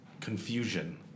confusion